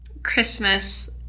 Christmas